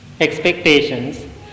expectations